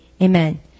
Amen